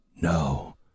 no